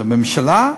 בממשלה?